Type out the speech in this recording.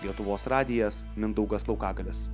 lietuvos radijas mindaugas laukagalis